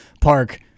Park